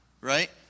right